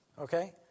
Okay